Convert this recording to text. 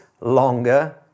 longer